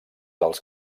els